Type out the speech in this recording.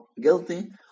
guilty